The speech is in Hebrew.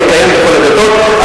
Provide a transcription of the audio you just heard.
זה קיים בכל הדתות,